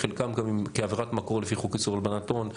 חלקם כעבירת מקור לפי חוק איסור הלבנת הון.